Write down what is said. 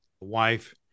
wife